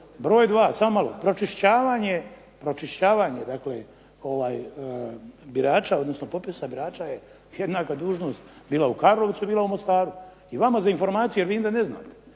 Broj dva, samo malo, pročišćavanje dakle birača, odnosno popisa birača je jednaka dužnost bila u Karlovcu bila u Mostaru. I vama za informaciju, jer vidim da ne znate,